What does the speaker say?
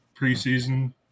Preseason